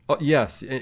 Yes